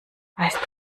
weißt